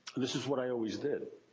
this is what i always did.